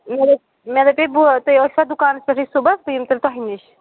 مےٚ دپیٛاے بہٕ واتہٕ تُہۍ ٲسِوا دُکانَس پٮ۪ٹھٕے صُبَحس بہٕ یِمہٕ تیٚلہِ تۄہہِ نِش